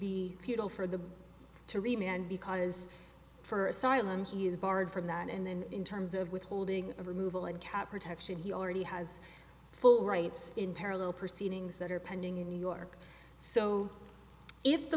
be futile for the to remain because for asylum she is barred from that and then in terms of withholding of removal and cat protection he already has full rights in parallel proceedings that are pending in new york so if the